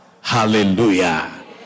hallelujah